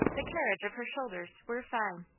the carriage of her shoulders, were fine.